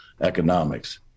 economics